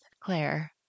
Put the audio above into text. Claire